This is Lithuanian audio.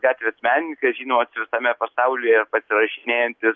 gatvės menininkas žinomas visame pasaulyje pasirašinėjantis